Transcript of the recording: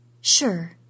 Sure